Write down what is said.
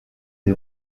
sie